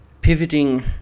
Pivoting